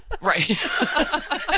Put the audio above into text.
Right